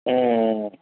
ம்